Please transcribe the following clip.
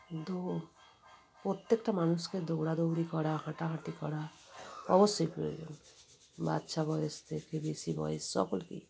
দৌ প্রত্যেকটা মানুষকে দৌড়াদৌড়ি করা হাঁটাহাঁটি করা অবশ্যই প্রয়োজন বাচ্চা বয়স থেকে বেশি বয়স সকলকে দৌড়াদৌড়ি